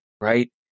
right